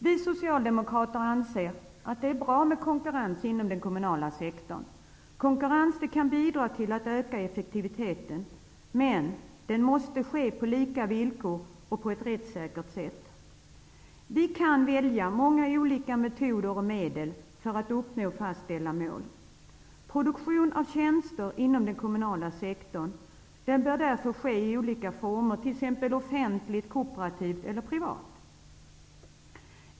Vi socialdemokrater anser att det är bra med konkurrens inom den kommunala sektorn. Konkurrens kan bidra till att öka effektiviteten, men den måste ske på lika villkor och på ett rättssäkert sätt. Vi kan välja många olika metoder och medel för att uppnå fastställda mål. Produktion av tjänster inom den kommunala sektorn bör därför ske i olika former, t.ex. offentlig, kooperativ eller privat.